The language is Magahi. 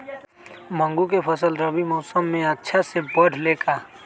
मूंग के फसल रबी मौसम में अच्छा से बढ़ ले का?